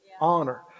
Honor